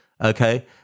okay